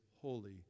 Holy